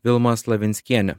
vilma slavinskienė